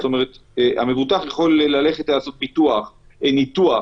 כלומר המבוטח יכול לעשות ניתוח